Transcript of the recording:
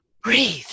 breathe